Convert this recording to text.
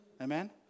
Amen